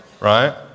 right